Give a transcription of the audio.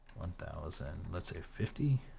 one thousand, let's say, fifty.